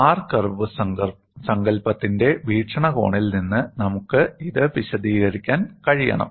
R curve സങ്കൽപ്പത്തിന്റെ വീക്ഷണകോണിൽ നിന്ന് നമുക്ക് ഇത് വിശദീകരിക്കാൻ കഴിയണം